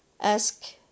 ask